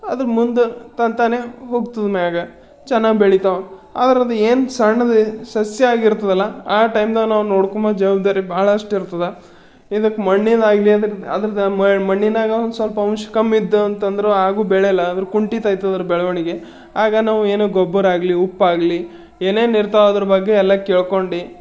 ಅದು ಮುಂದೆ ತಂತಾನೆ ಹೋಗ್ತದ ಮ್ಯಾಗ ಚೆನ್ನಾಗಿ ಬೆಳಿತಾವ ಅದ್ರದ್ದು ಏನು ಸಣ್ಣದು ಸಸ್ಯ ಆಗಿರ್ತದಲ್ಲ ಆ ಟೈಮ್ದಾಗ ನಾವು ನೋಡ್ಕೊಂಡ್ಬಂದು ಜವಬ್ದಾರಿ ಭಾಳಷ್ಟಿರ್ತದ ಇದಕ್ಕೆ ಮಣ್ಣಿಂದಾಗಲಿ ಅಂದರೆ ಅದ್ರದ್ದು ಮಣ್ಣಿನಾಗ ಒಂದ್ಸ್ವಲ್ಪ ಅಂಶ ಕಮ್ಮಿ ಇದ್ದ ಅಂತಂದರು ಆಗ್ಲೂ ಬೆಳೆಯಲ್ಲ ಅದ್ರ ಕುಂಠಿತ ಆಯ್ತದ ಅದ್ರ ಬೆಳವಣಿಗೆ ಆಗ ನಾವು ಏನು ಗೊಬ್ಬರ ಆಗಲಿ ಉಪ್ಪಾಗಲಿ ಏನೇನಿರ್ತಾವ ಅದ್ರ ಬಗ್ಗೆ ಎಲ್ಲ ಕೇಳ್ಕೊಂಡು